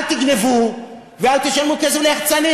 אל תגנבו, ואל תשלמו כסף ליחצנים.